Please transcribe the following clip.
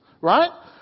Right